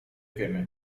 wiemy